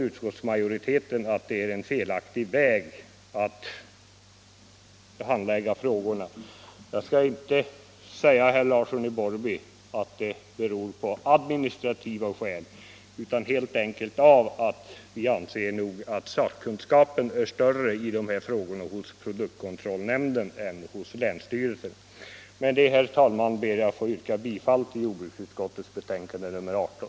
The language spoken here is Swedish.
Utskottsmajoriteten har ansett att det är en felaktig väg att handlägga frågorna, och det har inte, herr Larsson i Borrby, administrativa skäl, utan det beror på att vi anser att sakkunskapen i dessa frågor är större hos produktkontrollnämnden än hos länsstyrelserna. Med detta, herr talman, ber jag att få yrka bifall till jordbruksutskottets hemställan i betänkandet nr 18.